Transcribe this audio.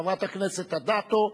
חברת הכנסת אדטו.